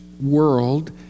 world